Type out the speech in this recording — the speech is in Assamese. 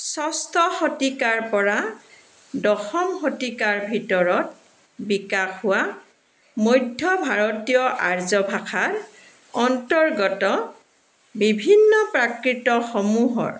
ষষ্ঠ শতিকাৰ পৰা দশম শতিকাৰ ভিতৰত বিকাশ হোৱা মধ্য ভাৰতীয় আৰ্য ভাষাৰ অন্তৰ্গত বিভিন্ন প্ৰাকৃতসমূহৰ